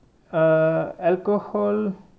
err alcohol